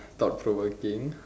thought provoking